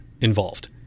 involved